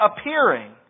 appearing